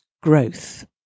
growth